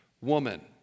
woman